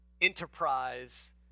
enterprise